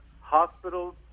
hospitals